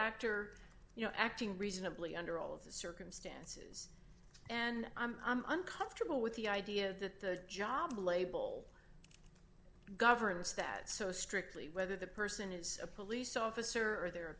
actor you know acting reasonably under all of the circumstance and i'm comfortable with the idea that the job label governs that so strictly whether the person is a police officer or they're a